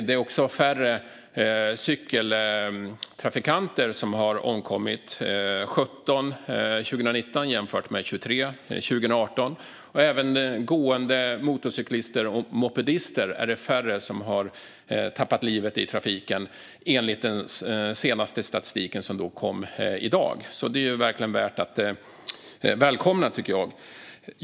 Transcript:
Det är också färre cykeltrafikanter som har omkommit: 17 trafikanter 2019 jämfört med 23 trafikanter 2018. Även bland gående, motorcyklister och mopedister är det färre som har mist livet i trafiken, enligt den senaste statistiken som alltså kom i dag. Det är verkligen värt att välkomna.